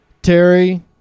Terry